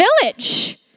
village